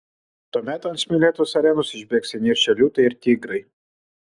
tuomet ant smėlėtos arenos išbėgs įniršę liūtai ir tigrai